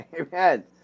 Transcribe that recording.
Amen